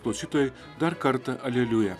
klausytojai dar kartą aleliuja